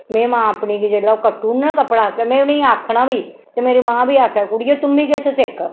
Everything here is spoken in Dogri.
में मां अपनी गी जेल्लै ओह् कट्टी ओड़ना कपड़़ा ते में उनेंगी आखना बी ते मेरी मां बी आक्खे के कुड़ियें तुम्मीं किश सिक्ख